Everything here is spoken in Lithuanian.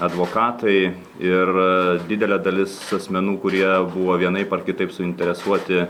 advokatai ir didelė dalis asmenų kurie buvo vienaip ar kitaip suinteresuoti